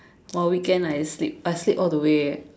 !wah! weekend I sleep I sleep all the way eh